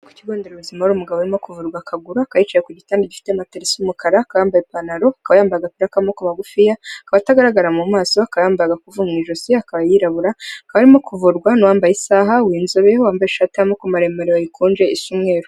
Mu Kigo Nderabuzima hari umugabo urimo kuhavurirwa akaguru, akaba yicaye ku gitanda gifite matera isa umukara, akaba yambaye ipantaro, akaba yambaye agapira k'amaboko magufiya, akaba atagaragara mu maso, akaba yambaye agakufi mu ijosi, akaba yirabura, akaba arimo kuvurwa n'uwambaye isaha w'inzobe wambaye ishati y'amaboko maremare wayikunje isa umweru.